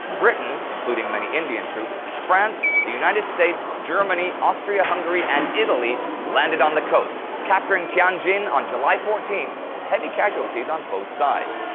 britain including many indian troops, france, the united states, germany, austria hungary and italy landed on the coast, capturing tianjin on july fourteenth with heavy casualties on both sides.